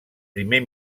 primer